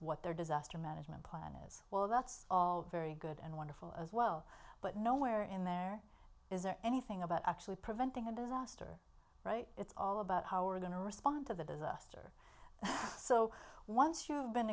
what their disaster management plan is well that's all very good and wonderful as well but nowhere in there is anything about actually preventing a disaster it's all about how are going to respond to the disaster so once